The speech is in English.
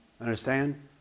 Understand